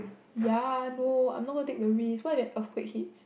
ya no I'm not gonna take the risk what if earthquake hits